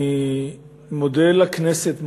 אני מודה לכנסת,